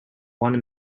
one